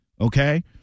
okay